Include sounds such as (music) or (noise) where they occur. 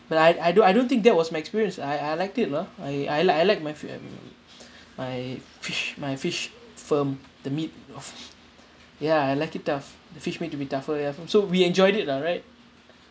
but I I don't I don't think that was my experience I I liked it lah I I like I like my fish (breath) my fish my fish firm the meat of ya I like it tough the fish meat a bit tougher ya so so we enjoyed it lah right